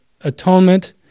atonement